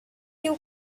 you